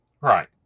right